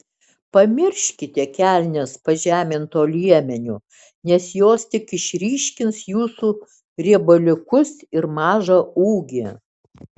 pamirškite kelnes pažemintu liemeniu nes jos tik išryškins jūsų riebaliukus ir mažą ūgį